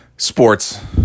Sports